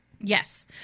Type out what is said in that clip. Yes